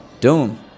Doom